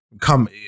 come